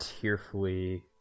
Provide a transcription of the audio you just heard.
tearfully